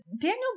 Daniel